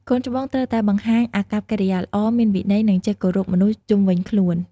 កូនច្បងត្រូវតែបង្ហាញអាកប្បកិរិយាល្អ មានវិន័យ និងចេះគោរពមនុស្សជុំវិញខ្លួន។